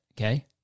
Okay